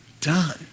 done